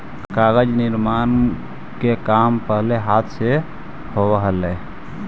कागज निर्माण के काम पहिले हाथ से होवऽ हलइ